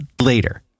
later